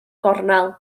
gornel